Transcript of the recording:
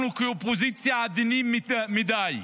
אנחנו כאופוזיציה עדינים מדי.